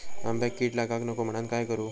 आंब्यक कीड लागाक नको म्हनान काय करू?